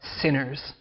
sinners